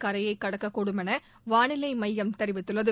கரையை கடக்கக்கூடும் என வானிலை மையம் தெரிவித்துள்ளது